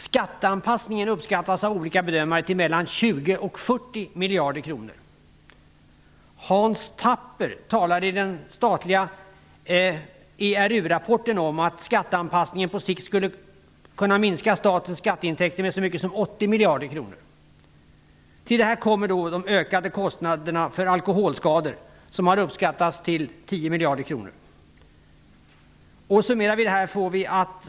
Skatteanpassningen uppskattas av olika bedömare till 20-24 miljarder kronor. Hans Tapper talade i den statliga ERU rapporten om att skatteanpassningen på sikt skulle kunna minska statens skatteintäkter med så mycket som 80 miljarder kronor. Till detta kommer de ökade kostnaderna för alkoholskador, som har uppskattats till 10 miljarder kronor.